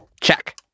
Check